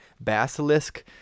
Basilisk